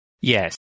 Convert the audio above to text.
Yes